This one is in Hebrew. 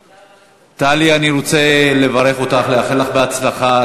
טלי, אני רוצה לברך אותך ולאחל לך הצלחה.